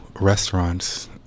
restaurants